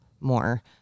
more